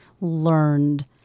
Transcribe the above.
learned